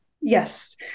Yes